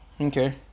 Okay